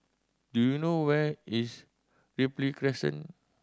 do you know where is Ripley Crescent